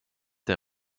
der